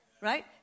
Right